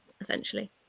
essentially